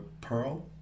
Pearl